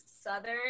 Southern